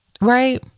Right